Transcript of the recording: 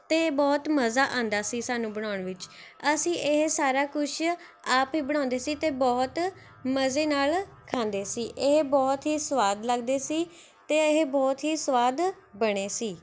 ਅਤੇ ਬਹੁਤ ਮਜ਼ਾ ਆਉਂਦਾ ਸੀ ਸਾਨੂੰ ਬਣਾਉਣ ਵਿੱਚ ਅਸੀਂ ਇਹ ਸਾਰਾ ਕੁਛ ਆਪ ਹੀ ਬਣਾਉਂਦੇ ਸੀ ਅਤੇ ਬਹੁਤ ਮਜ਼ੇ ਨਾਲ ਖਾਂਦੇ ਸੀ ਇਹ ਬਹੁਤ ਹੀ ਸਵਾਦ ਲੱਗਦੇ ਸੀ ਅਤੇ ਇਹ ਬਹੁਤ ਹੀ ਸਵਾਦ ਬਣੇ ਸੀ